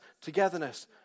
togetherness